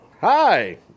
Hi